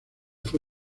fue